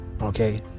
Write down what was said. Okay